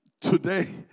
today